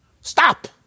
stop